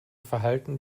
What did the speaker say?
verhalten